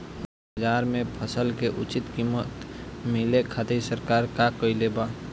बाजार में फसल के उचित कीमत मिले खातिर सरकार का कईले बाऽ?